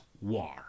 war